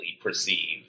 perceive